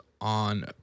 on